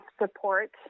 support